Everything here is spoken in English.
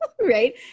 right